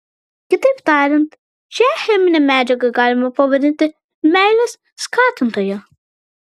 kitaip tariant šią cheminę medžiagą galima pavadinti meilės skatintoja